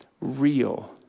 real